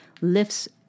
lifts